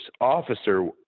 officer